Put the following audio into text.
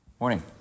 morning